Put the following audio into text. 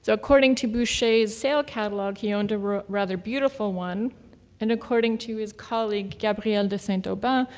so according to boucher's sale catalog, he owned a rather beautiful one and according to his colleague, gabriel de saint-aubin,